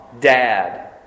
Dad